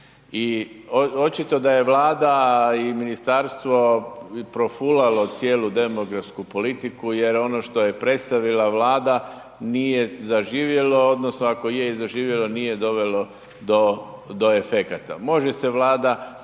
i očito da je Vlada i ministarstvo profulalo cijelu demografsku politiku jer ono što je predstavila Vlada, nije zaživjelo odnosno ako i je zaživjelo, nije dovelo do efekata. Može se Vlada